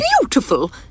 beautiful